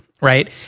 Right